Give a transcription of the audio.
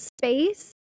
space